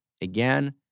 again